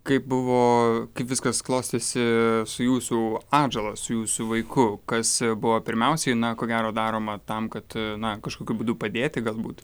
kaip buvo kaip viskas klostėsi su jūsų atžala su jūsų vaiku kas buvo pirmiausiai na ko gero daroma tam kad na kažkokiu būdu padėti galbūt